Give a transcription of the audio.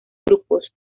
grupos